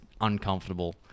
uncomfortable